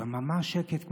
דממה, שקט.